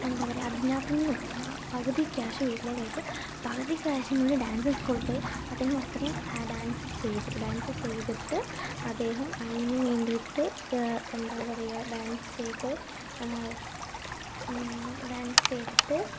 എന്താ പറയുക അതിനകത്തൂന്ന് പകുതി ക്യാഷ് വീട്ടിലേക്കയച്ചു പകുതി ക്യാഷ് കൊണ്ട് ഡാൻസ് സ്കൂളിൽ പോയി അദ്ദേഹം അത്രയും ഡാൻസ് ചെയ്തു ഡാൻസ് ചെയ്തിട്ട് അദ്ദേഹം അതിന് വേണ്ടിയിട്ട് എന്താ പറയുക ഡാൻസ് ചെയ്തു ഡാൻസ് ചെയ്തിട്ട്